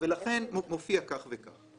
ולכן מופיע כך וכך.